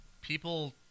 people